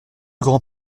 grand